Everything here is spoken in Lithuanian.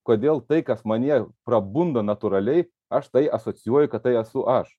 kodėl tai kas manyje prabunda natūraliai aš tai asocijuoju kad tai esu aš